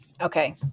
Okay